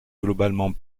globalement